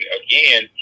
again